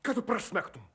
kad tu prasmegtum